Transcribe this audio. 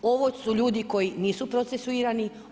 Ovo su ljudi koji nisu procesuirani.